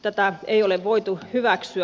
tätä ei ole voitu hyväksyä